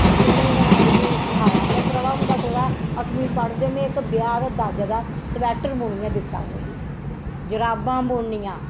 ते उनेंगी गै ना मिगी सखाया मैं प्रभा हुंदा कोला अट्ठमीं पढ़दे में एक्क ब्याह् दे दाजा दा स्वैटर बुनियै दित्ता उनेंगी जराबां बुननियां